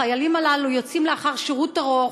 החיילים הללו יוצאים לאחר שירות ארוך.